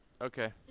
Okay